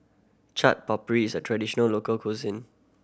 Chaat Papri is a traditional local cuisine